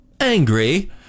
angry